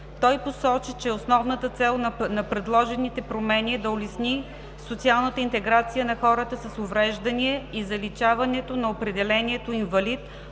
Той посочи, че основната цел на предложените промени е да улесни социалната интеграция на хората с увреждания и заличаването на определението „инвалид“